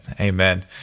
Amen